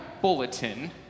bulletin